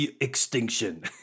extinction